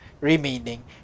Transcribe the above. remaining